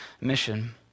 mission